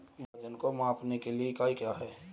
वजन को मापने के लिए इकाई क्या है?